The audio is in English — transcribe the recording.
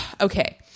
Okay